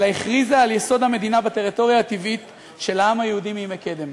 אלא הכריזה על ייסוד המדינה בטריטוריה הטבעית של העם היהודי מימי קדם.